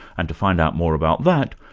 and to find out more about that,